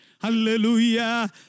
hallelujah